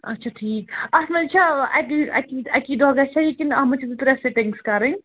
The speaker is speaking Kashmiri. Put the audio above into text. اَچھا ٹھیٖک اَتھ منٛز چھا اَکی دۄہ گژھا یہ کِنہٕ اَتھ منٛز چھِ زٕ ترٛےٚ سِٹِنٛگٕس کَرٕنۍ